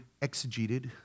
exegeted